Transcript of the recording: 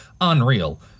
unreal